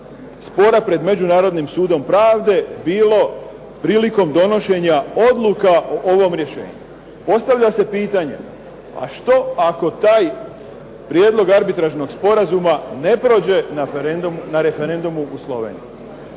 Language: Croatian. spora pred Međunarodnim sudom pravde, bilo prilikom donošenja odluka o ovom rješenju. Postavlja se pitanje, a što ako taj prijedlog arbitražnog sporazuma ne prođe na referendumu u Sloveniji?